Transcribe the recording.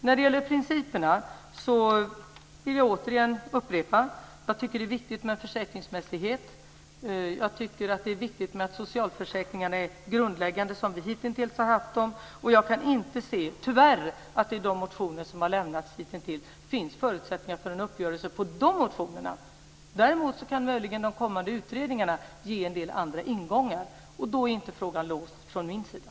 När det gäller principerna vill jag återigen upprepa att jag tycker att det är viktigt med en försäkringsmässighet. Det är viktigt att socialförsäkringarna är grundläggande som de hittills har varit. Jag kan inte se, tyvärr, att det i de motioner som har väckts ges några förutsättningar för en uppgörelse. Däremot kan möjligen de kommande utredningarna ge en del andra ingångar. Frågan är inte låst från min sida.